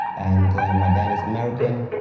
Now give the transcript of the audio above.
and my dad is american,